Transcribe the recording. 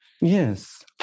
Yes